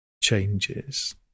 Changes